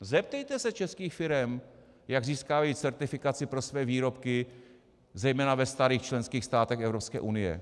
Zeptejte se českých firem, jak získávají certifikaci pro svoje výrobky, zejména ve starých členských státech Evropské unie!